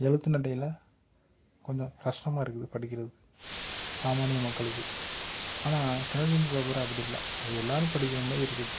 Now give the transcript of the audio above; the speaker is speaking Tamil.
எழுத்து நடையில் கொஞ்சம் கஷ்டமாக இருக்குது படிக்கிறதுக்கு சாமானிய மக்களுக்கு ஆனால் தினத்தந்தி பேப்பரு அப்படி இல்லை அது எல்லோரும் படிக்கிற மாதிரி இருக்குது